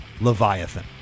Leviathan